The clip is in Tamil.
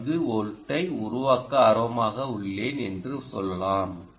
4 வோல்ட்ஐ உருவாக்க ஆர்வமாக உள்ளேன் என்று சொல்லலாம்